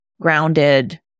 grounded